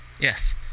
Yes